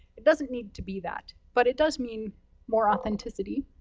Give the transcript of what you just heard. it doesn't need to be that, but it does mean more authenticity.